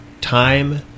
time